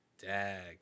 Dag